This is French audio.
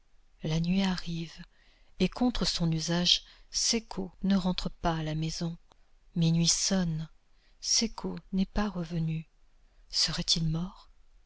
la nuit arrive et contre son usage cecco ne rentre pas à la maison minuit sonne cecco n'est pas revenu serait-il mort